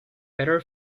better